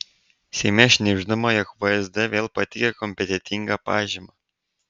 seime šnibždama jog vsd vėl pateikė kompetentingą pažymą